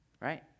right